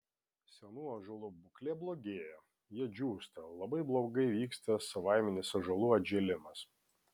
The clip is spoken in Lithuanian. senų ąžuolų būklė blogėja jie džiūsta labai blogai vyksta savaiminis ąžuolų atžėlimas